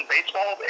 Baseball